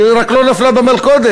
היא רק לא נפלה במלכודת